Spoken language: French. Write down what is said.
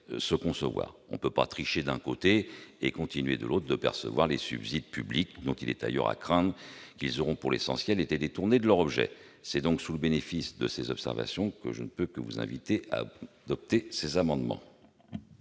se concevoir. On ne peut tricher d'un côté et continuer, de l'autre, de percevoir les subsides publics dont il est d'ailleurs à craindre qu'ils auront été, pour l'essentiel, détournés de leur objet. Au bénéfice de ces observations, je ne peux que vous inviter, mes chers collègues,